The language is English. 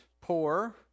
poor